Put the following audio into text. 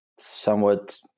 somewhat